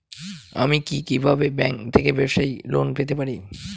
আমি কি কিভাবে ব্যাংক থেকে ব্যবসায়ী লোন পেতে পারি?